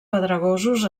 pedregosos